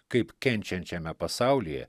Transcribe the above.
kaip kenčiančiame pasaulyje